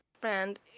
friend